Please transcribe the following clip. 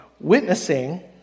Witnessing